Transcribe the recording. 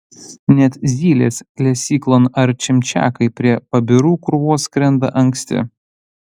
net zylės lesyklon ar čimčiakai prie pabirų krūvos skrenda anksti